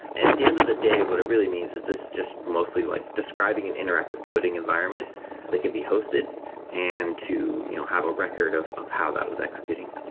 at the end of the day, what it really means is this is just mostly like describing an interactive coding environment that can be hosted and to you know have a record of of how that was executing.